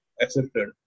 accepted